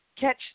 catch